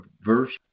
verse